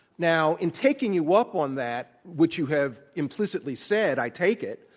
now, in taking you up on that, which you have implicitly said i take it,